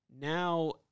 Now